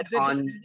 on